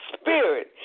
spirit